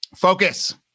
focus